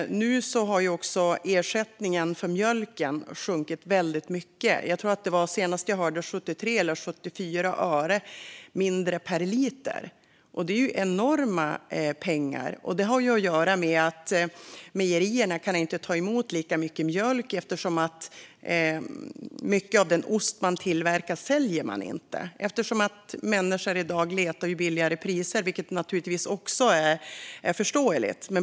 Nu har också ersättningen för mjölken sjunkit väldigt mycket. Senast jag hörde tror jag att det var 73 eller 74 öre mindre per liter, vilket innebär enorma pengar. Det har att göra med att mejerierna inte kan ta emot lika mycket mjölk; mycket av den ost man tillverkar säljer man inte, eftersom människor i dag letar efter lägre priser, vilket naturligtvis är förståeligt.